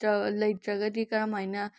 ꯂꯩꯇ꯭ꯔꯒꯗꯤ ꯀꯔꯝ ꯍꯥꯏꯅ